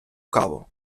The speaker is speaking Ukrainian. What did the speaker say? каву